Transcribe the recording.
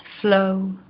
flow